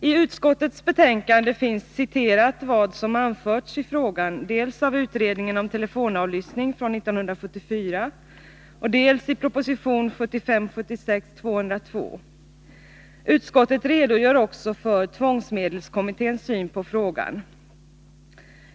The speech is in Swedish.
T utskottets betänkande finns citerat vad som anförts i frågan dels av 1974 års utredning om telefonavlyssning, dels i proposition 1975/76:202. Utskottet redogör också för tvångsmedelskommitténs syn på frågan.